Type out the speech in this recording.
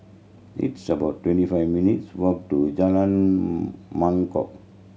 it's about twenty five minutes' walk to Jalan Mangkok